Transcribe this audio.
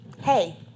Hey